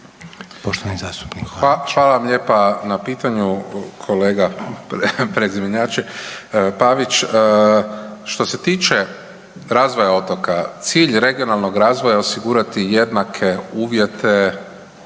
Marko (HDZ)** Pa hvala vam lijepa na pitanju kolega prezimenjače Pavić. Što se tiče razvoja otoka cilj regionalnog razvoja je osigurati jednake uvjete